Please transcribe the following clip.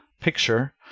picture